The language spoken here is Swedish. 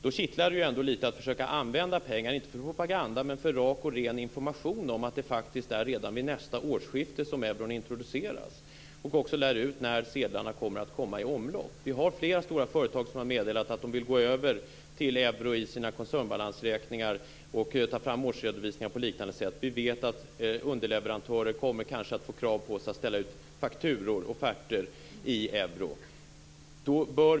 Det kittlar då ändå litet att försöka använda pengar inte för propaganda men för rak och ren information om att euron introduceras redan vid nästa årsskifte och även om när sedlarna skall komma i omlopp. Vi har flera stora företag som har meddelat att de vill gå över till euro i sina koncernbalansräkningar och ta fram årsredovisningar på liknande sätt. Vi vet att underleverantörer kanske kommer att få krav på sig att ställa ut fakturor och offerter i euro.